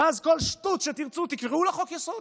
ואז כל שטות שתרצו, תקראו לה חוק-יסוד.